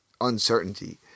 uncertainty